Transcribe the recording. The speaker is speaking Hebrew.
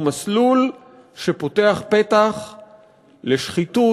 הוא מסלול שפותח פתח לשחיתות,